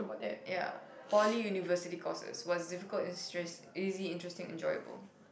ya Poly University courses was difficult and stress easy interesting enjoyable